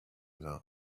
that